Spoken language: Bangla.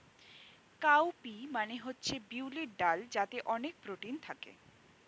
কাউ পি মানে হচ্ছে বিউলির ডাল যাতে অনেক প্রোটিন থাকে